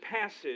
passage